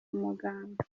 umuganda